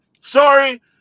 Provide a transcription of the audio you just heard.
Sorry